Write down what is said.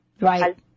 Right